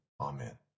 Amen